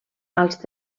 als